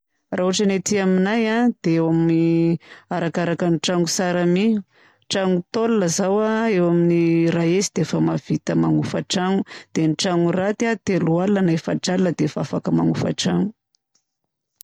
Raha ôtran'ny aty aminay a, dia arakaraka ny tragno tsara mi. Tragno tôle zao a eo amin'ny ray hetsy dia efa afaka manofa tragno. Dia ny tragno raty a telo alina na efatra alina dia efa afaka manofa tragno.